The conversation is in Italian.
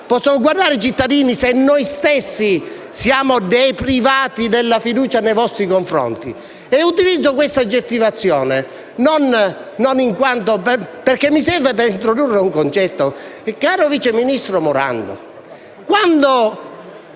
possono vivere i cittadini se noi stessi siamo deprivati della fiducia nei vostri confronti? Utilizzo questa aggettivazione perché mi serve per introdurre un concetto, vice ministro Morando.